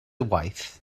waith